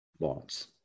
bonds